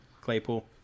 Claypool